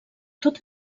tot